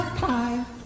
pie